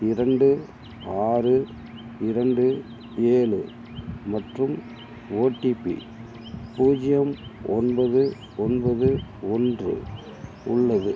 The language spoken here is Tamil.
இரண்டு ஆறு இரண்டு ஏழு மற்றும் ஓடிபி பூஜ்ஜியம் ஒன்பது ஒன்பது ஒன்று உள்ளது